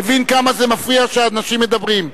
מבין כמה זה מפריע שאנשים מדברים.